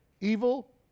evil